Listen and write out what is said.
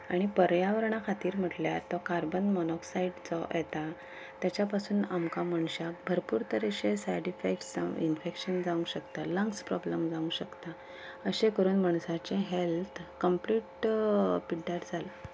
आनी पर्यावरणा खातीर म्हटल्यार तो कार्बन मोनोक्सायड जो येता ताच्या पासून आमकां मनशांक भरपूर तरेचे सायड इफेक्ट्स जावन इन्फेंक्शन जावंक शकता लंग्स प्रोब्लेम जावंक शकता अशे करून मनशाचे हेल्थ कम्प्लीट पिड्ड्यार जालां